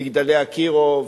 "מגדלי אקירוב",